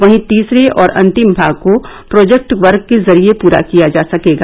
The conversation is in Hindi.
वहीं तीसरे और अंतिम भाग को प्रोजेक्ट वर्क के जरिए पूरा किया जा सकेगा